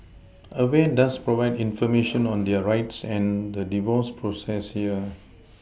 aware does provide information on their rights and the divorce process here